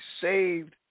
saved